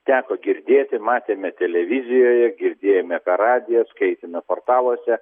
teko girdėti matėme televizijoje girdėjome per radiją skaitėme portaluose